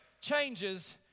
changes